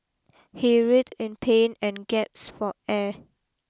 he writhed in pain and gasped for air